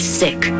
sick